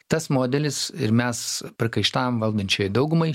tas modelis ir mes priekaištaujam valdančiai daugumai